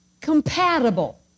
Compatible